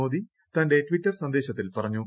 മോദി തന്റെ ട്വിറ്റർ സന്ദേശത്തിൽ പറഞ്ഞു